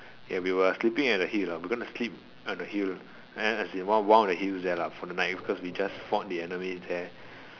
ya we were sleeping at the hill ah we're gonna sleep on the hill as in one one of the hill there for the night because we just fought the enemies there